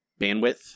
bandwidth